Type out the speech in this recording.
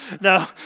no